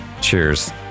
Cheers